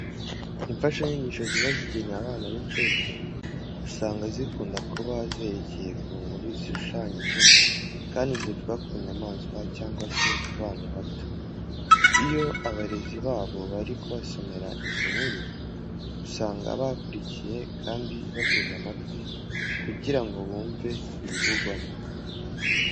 Imfashanyigisho ziba zigenewe abana b'inshuke, usanga zikunda kuba zerekeye ku nkuru zishushanyije kandi zivuga ku nyamaswa cyangwa se ku bana bato. Iyo abarezi babo bari kubasomera izi nkuru, usanga bakurikiye kandi bateze amatwi kugira ngo bumve ibivugwamo